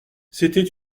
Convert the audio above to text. c’était